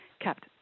kept